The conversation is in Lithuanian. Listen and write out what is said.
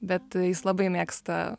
bet jis labai mėgsta